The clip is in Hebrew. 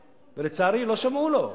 נכון, אבל הם אמרו לא, לצערי, לא שמעו לו.